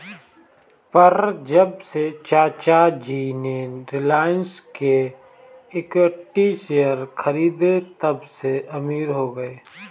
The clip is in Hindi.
पर जब से चाचा जी ने रिलायंस के इक्विटी शेयर खरीदें तबसे अमीर हो गए